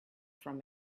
from